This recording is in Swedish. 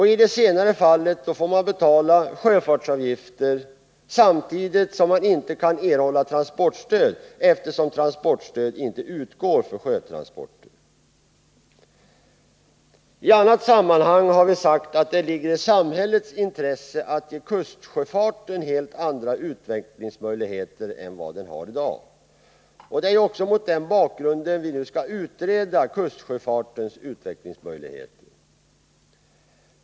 I det senare fallet får man betala sjöfartsavgifter samtidigt som man inte kan erhålla transportstöd, eftersom transportstöd inte utgår för sjötransporter. I annat sammanhang har vi sagt att det ligger i samhällets intresse att ge kustsjöfarten helt andra utvecklingsmöjligheter än vad den har i dag. Det är också mot den bakgrunden som kustsjöfartens utvecklingsmöjligheter nu skall utredas.